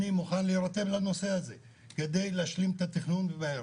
אני מוכן להירתם לנושא הזה כדי להשלים את התכנון ומהר.